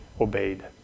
obeyed